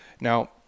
Now